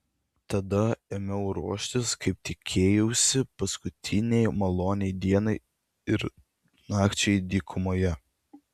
tada ėmiau ruoštis kaip tikėjausi paskutinei maloniai dienai ir nakčiai dykumoje